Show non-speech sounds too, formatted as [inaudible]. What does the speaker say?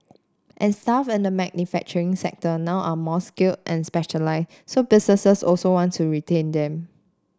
and staff in the manufacturing sector now are more skill and [unintelligible] so businesses also want to retain them